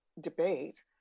debate